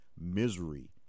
misery